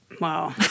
wow